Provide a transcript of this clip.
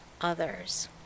others